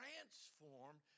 transformed